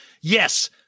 yes